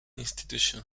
institutions